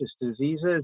diseases